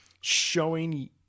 showing